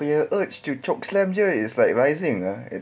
punya urge to choke slam dia is like rising ah it's